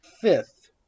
fifth